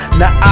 now